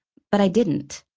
but i didn't.